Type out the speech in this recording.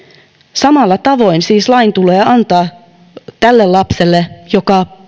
samalla tavoin lain tulee antaa tälle lapselle joka